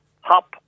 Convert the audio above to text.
hop